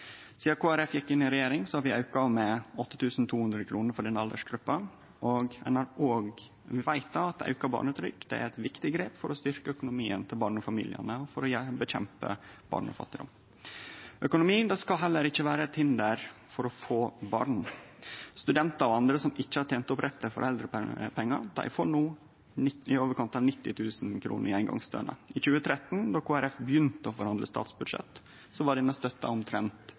Sidan Kristeleg Folkeparti gjekk inn i regjering, har vi auka henne med 8 200 kr for den aldersgruppa, og vi veit at auka barnetrygd er eit viktig grep for å styrkje økonomien til barnefamiliane og for å nedkjempe barnefattigdom. Økonomi skal heller ikkje vere eit hinder for å få barn. Studentar og andre som ikkje har tent opp rett til foreldrepengar, får no litt i overkant av 90 000 kr i eingongsstønad. I 2013, då Kristeleg Folkeparti begynte å forhandle statsbudsjett, var denne støtta på omtrent